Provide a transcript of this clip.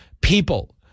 people